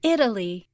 Italy